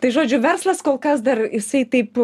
tai žodžiu verslas kol kas dar jisai taip